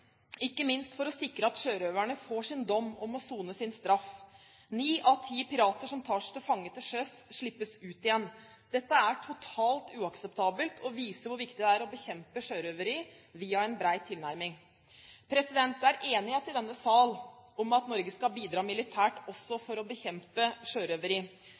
ikke minst for å sikre at sjørøverne får sin dom og må sone sin straff. Ni av ti pirater som tas til fange til sjøs, slippes ut igjen. Dette er totalt uakseptabelt, og viser hvor viktig det er å bekjempe sjørøveri via en bred tilnærming. Det er enighet i denne sal om at Norge skal bidra militært også for å bekjempe sjørøveri.